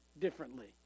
differently